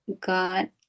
got